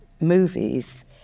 movies